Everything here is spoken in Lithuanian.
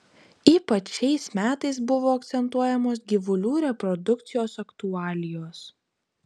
ypač šiais metais buvo akcentuojamos gyvulių reprodukcijos aktualijos